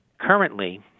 currently